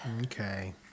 okay